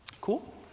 Cool